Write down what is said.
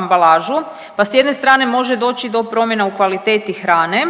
ambalažu pa s jedne strane može doći do promjena u kvaliteti hrane,